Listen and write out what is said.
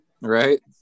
Right